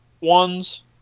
ones